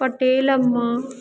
Patelamma